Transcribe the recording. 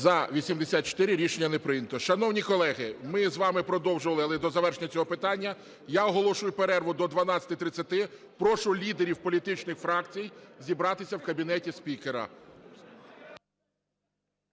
За-84 Рішення не прийнято. Шановні колеги, ми з вами продовжували, але до завершення цього питання. Я оголошую перерву до 12:30. Прошу лідерів політичних фракцій зібратися в кабінеті спікера.